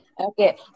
Okay